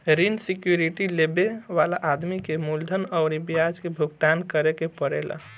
ऋण सिक्योरिटी लेबे वाला आदमी के मूलधन अउरी ब्याज के भुगतान करे के पड़ेला